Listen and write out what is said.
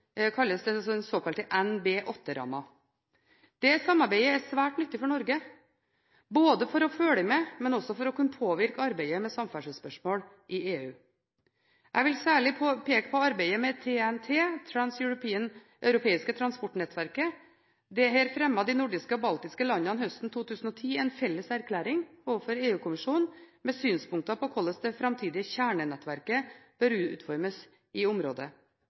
den såkalte NB8-rammen. Dette samarbeidet er svært nyttig for Norge, både for å følge med og for å kunne påvirke arbeidet med samferdselsspørsmål i EU. Jeg vil særlig peke på arbeidet med TEN-T – det transeuropeiske transportnettet. Her fremmet de nordiske og baltiske landene høsten 2010 en felles erklæring overfor EU-kommisjonen med synspunkter på hvordan det framtidige kjernenettverket bør utformes i området.